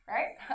Right